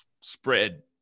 spread